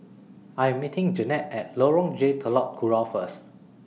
I Am meeting Jeanne At Lorong J Telok Kurau First